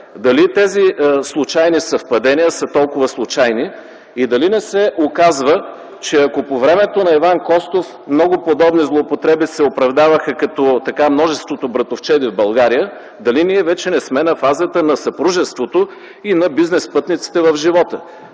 Дали тези случайни съвпадения са толкова случайни?! И дали не се оказва, че ако по времето на правителството на Иван Костов много подобни злоупотреби се оправдаваха от множеството братовчеди в България, дали ние вече не сме на фазата на съпружеството и бизнес спътниците в живота?